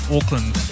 Auckland